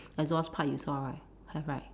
exhaust pipe you saw right have right